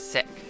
Sick